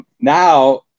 now